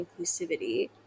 inclusivity